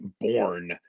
born